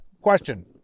Question